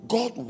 God